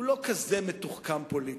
הוא לא כזה מתוחכם פוליטית.